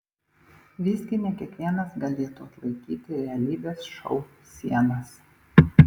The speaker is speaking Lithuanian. visgi ne kiekvienas galėtų atlaikyti realybės šou sienas